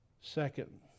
Second